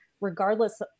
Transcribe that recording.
regardless